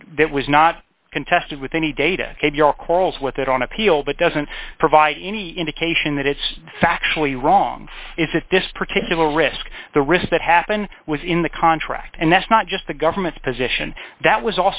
that that was not contested with any data and your calls with it on appeal but doesn't provide any indication that it's factually wrong is that this particular risk the risk that happened was in the contract and that's not just the government's position that was